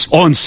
on